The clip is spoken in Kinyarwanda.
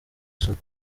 isoko